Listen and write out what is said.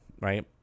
right